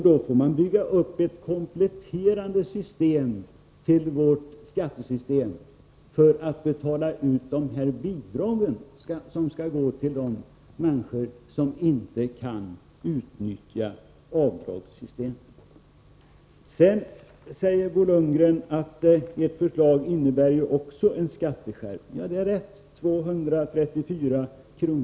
Då får man bygga upp ett kompletterande system till vårt skattesystem för att betala ut de bidrag som skall gå till de människor som inte kan utnyttja avdragssystemet. Bo Lundgren säger vidare att socialdemokraternas förslag också innebär en skatteskärpning. Ja, det är riktigt — 234 kr.